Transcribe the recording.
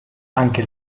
anche